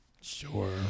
Sure